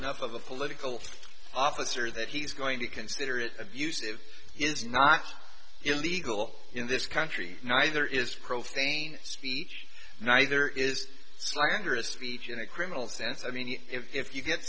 enough of the political officer that he's going to consider it abusive is not illegal in this country neither is profane speech neither is slanderous speech in a criminal sense i mean if you get